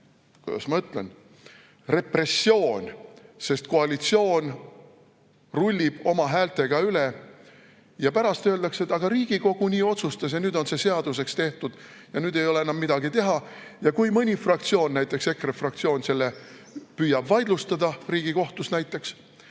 kuidas ma ütlen, repressioon, sest koalitsioon rullib oma häältega üle ja pärast öeldakse, et aga Riigikogu nii otsustas ja nüüd on see seaduseks tehtud ja nüüd ei ole enam midagi teha. Ja kui mõni fraktsioon, näiteks EKRE fraktsioon, püüab selle vaidlustada Riigikohtus näiteks,